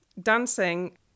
dancing